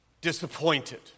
disappointed